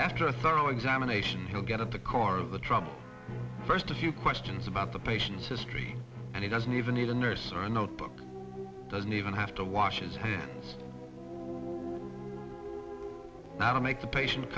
thorough examination he'll get at the core of the trouble first a few questions about the patient's history and he doesn't even need a nurse or a notebook doesn't even have to wash his hands you now make the patient